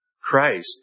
Christ